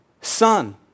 Son